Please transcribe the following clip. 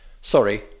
sorry